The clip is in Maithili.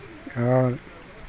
हँऽऽ